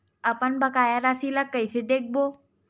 अपन बकाया राशि ला कइसे देखबो?